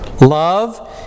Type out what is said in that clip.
love